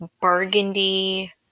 burgundy